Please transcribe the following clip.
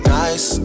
nice